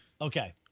Okay